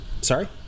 sorry